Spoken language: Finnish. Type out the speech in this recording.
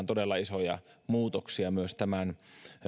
todella isoja muutoksia myös tämän